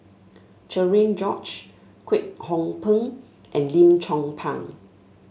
Cherian George Kwek Hong Png and Lim Chong Pang